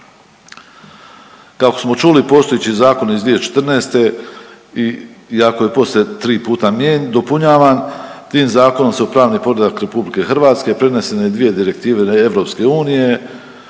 Kako smo čuti postojeći zakon iz 2014. iako je poslije tri puta dopunjavan, tim zakonom se u pravni poredak Republike Hrvatske prenesene dvije direktive Europske unije.